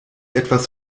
etwas